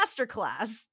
Masterclass